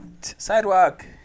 Sidewalk